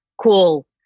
cool